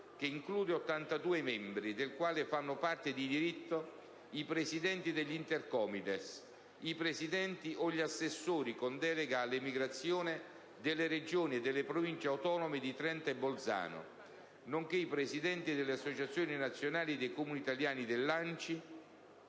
che include 82 membri, del quale fanno parte di diritto i presidenti degli Intercomites, i presidenti o gli assessori con delega all'emigrazione delle Regioni e delle Province autonome di Trento e Bolzano nonché i presidenti dell'Associazione nazionale dei Comuni italiani (ANCI)